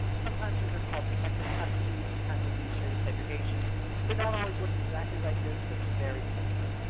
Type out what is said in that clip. sometimes these are called protective custody, sometimes administrative segregation they don't always look exactly like this, but very similar.